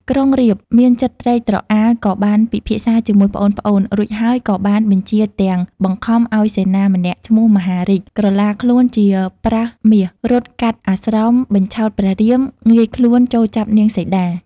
ក្រុងរាពណ៍មានចិត្តត្រេកត្រអាលក៏បានពិភាក្សាជាមួយប្អូនៗរួចហើយក៏បានបញ្ជាទាំង បង្ខំឱ្យសេនាម្នាក់ឈ្មោះ មហារីក កាឡាខ្លួនជាប្រើសមាស រត់កាត់អាស្រមបញ្ឆោតព្រះរាម ងាយខ្លួនចូលចាប់នាងសីតា។